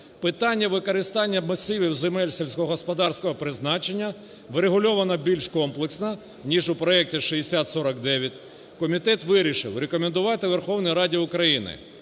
питання використання масивів земель сільськогосподарського призначення, врегульовано більш комплексно, ніж у проекті 6049. Комітет вирішив рекомендувати Верховній Раді України